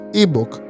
ebook